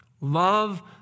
Love